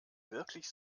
wirklich